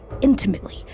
intimately